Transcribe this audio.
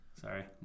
Sorry